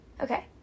Okay